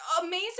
amazing